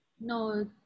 no